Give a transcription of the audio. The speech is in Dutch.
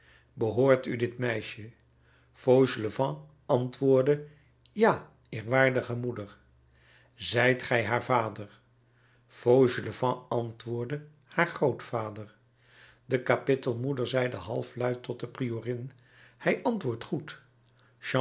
behoort u dit meisje fauchelevent antwoordde ja eerwaardige moeder zijt gij haar vader fauchelevent antwoordde haar grootvader de kapittelmoeder zeide halfluid tot de priorin hij antwoordt goed